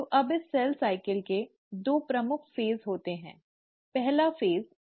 अब तो इस सेल साइकिल में दो प्रमुख चरण होते हैं पहला चरण इंटरस्पेस'interphase' है